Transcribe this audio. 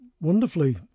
wonderfully